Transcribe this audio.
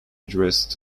addressed